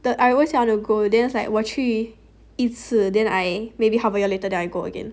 the I always say I want to go like in the end 我去一次 then I maybe half a year later then I go again